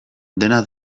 dena